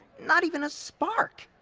not even a spark!